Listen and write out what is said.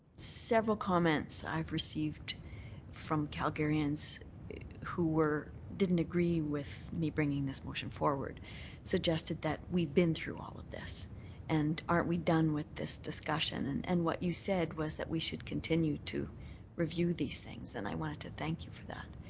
several comments i've received from calgarians who were didn't agree with me bringing this motion forward suggested that we've been through all of this and aren't we done with this discussion? and and what you said was that we should continue to review these things, and i wanted to thank you for that.